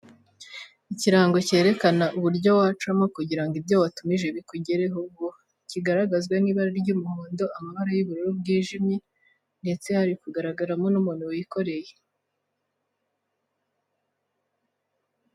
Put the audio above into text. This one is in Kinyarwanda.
Ikirango cyerekana uburyo wacamo kugira ngo ibyo watumije bikugereho vuba, kigaragazwa n'ibara ry'umuhondo amabara y'ubururu bwijimye ndetse hari kugaragaramo n'umuntu wikoreye.